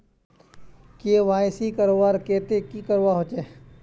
KYC करवार केते की करवा होचए?